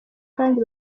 kandi